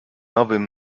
nowym